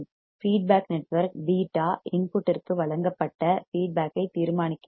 feedback network β இன்புட்டிற்கு வழங்கப்பட்ட feedback ஐ தீர்மானிக்கிறது